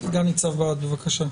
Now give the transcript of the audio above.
סגן ניצב בהט, בבקשה.